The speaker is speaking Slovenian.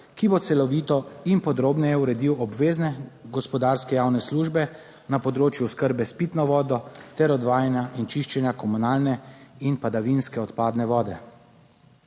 ki bo celovito in podrobneje uredil obvezne gospodarske javne službe na področju oskrbe s pitno vodo ter odvajanja in čiščenja komunalne in padavinske odpadne vode.